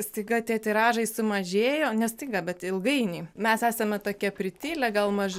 staiga tie tiražai sumažėjo ne staiga bet ilgainiui mes esame tokie pritilę gal maž